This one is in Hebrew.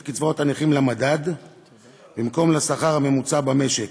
קצבאות הנכים למדד במקום לשכר הממוצע במשק.